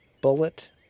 bullet